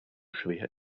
schwer